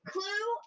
Clue